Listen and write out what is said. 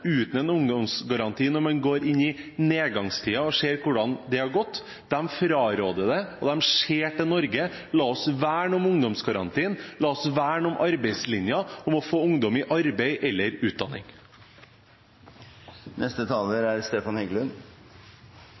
uten en ungdomsgaranti når de går inn i nedgangstider, se hvordan det har gått. De fraråder det, og de ser til Norge. La oss verne om ungdomsgarantien, la oss verne om arbeidslinjen og få ungdom i arbeid eller utdanning. Jeg tenkte jeg skulle begynne med å si noe om aktivitetsplikt. Jeg synes det er